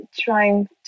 trying